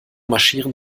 marschieren